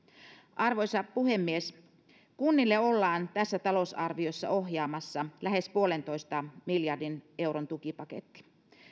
arvoisa puhemies kunnille ollaan tässä talousarviossa ohjaamassa lähes yhden pilkku viiden miljardin euron tukipaketti